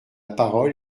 parole